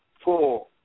four